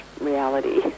reality